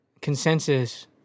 consensus